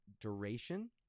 duration